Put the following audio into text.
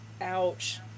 Ouch